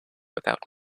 without